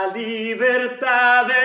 libertad